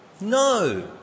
No